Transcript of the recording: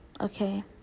Okay